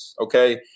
okay